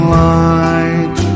light